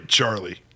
Charlie